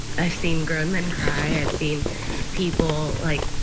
i've seen grown men cry, i've seen people, like